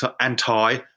anti